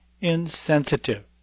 Insensitive